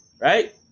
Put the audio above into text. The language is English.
right